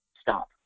stop